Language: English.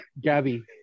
Gabby